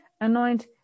anoint